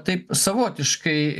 taip savotiškai